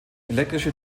elektrische